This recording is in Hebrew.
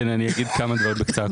כן, אני אגיד כמה דברים בקצרה.